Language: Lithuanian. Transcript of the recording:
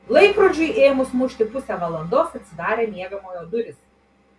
laikrodžiui ėmus mušti pusę valandos atsidarė miegamojo durys